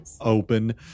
open